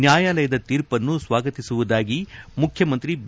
ನ್ಣಾಯಾಲಯದ ತೀರ್ಪನ್ನು ಸ್ವಾಗತಿಸುವುದಾಗಿ ಮುಖ್ಯಮಂತ್ರಿ ಬಿ